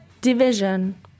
division